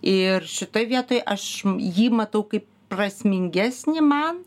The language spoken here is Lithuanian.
ir šitoj vietoj aš jį matau kaip prasmingesnį man